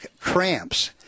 cramps